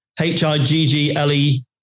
H-I-G-G-L-E